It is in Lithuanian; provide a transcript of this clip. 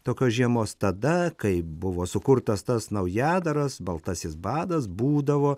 tokios žiemos tada kai buvo sukurtas tas naujadaras baltasis badas būdavo